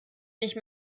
nicht